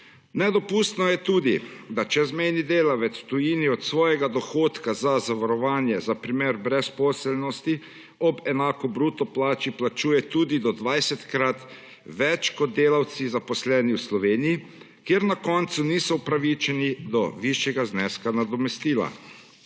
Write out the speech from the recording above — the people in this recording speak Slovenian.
Nedopustno je tudi, da čezmejni delavec v tujini od svojega dohodka za zavarovanje za primer brezposelnosti ob enaki bruto plači plačuje tudi do dvajsetkrat več kot delavci, zaposleni v Sloveniji, kjer na koncu niso upravičeni do višjega zneska nadomestila.